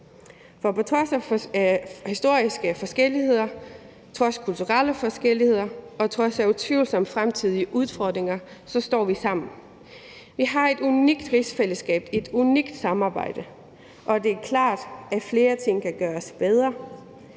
På trods af historiske forskelligheder, trods kulturelle forskelligheder og trods de fremtidige udfordringer står vi sammen. Vi har et unikt rigsfællesskab, et unikt samarbejde, og det er klart, at flere ting kan gøres bedre,